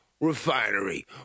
Refinery